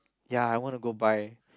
ya I want to go buy